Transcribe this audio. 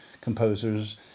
composers